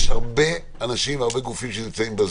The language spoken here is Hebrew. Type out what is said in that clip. ודאי גם אלימות כלכלית.